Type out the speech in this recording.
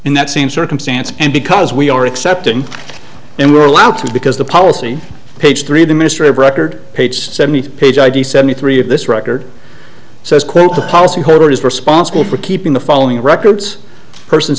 in that same circumstance and because we are accepted and we are allowed to because the policy page three the ministry of record page seventy two page i do so only three of this record says quote the policy holder is responsible for keeping the following records persons